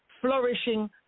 flourishing